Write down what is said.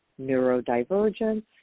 neurodivergence